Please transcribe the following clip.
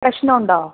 പ്രശ്നമുണ്ടോ